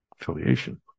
affiliation